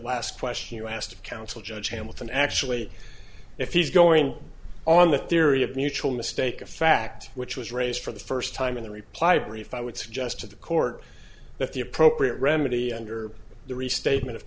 last question you asked of counsel judge hamilton actually if he's going on the theory of mutual mistake a fact which was raised for the first time in the reply brief i would suggest to the court that the appropriate remedy under the restatement of